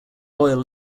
oil